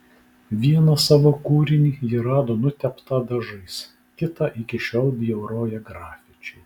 vieną savo kūrinį ji rado nuteptą dažais kitą iki šiol bjauroja grafičiai